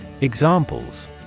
Examples